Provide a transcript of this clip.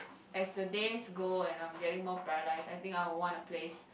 as the days go and I'm getting more paralyse I think I would want a place